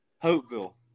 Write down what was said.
Hopeville